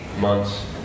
months